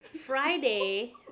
Friday